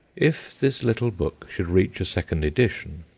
if this little book should reach a second edition,